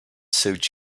suit